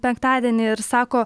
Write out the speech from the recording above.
penktadienį ir sako